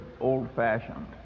old-fashioned